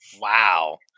Wow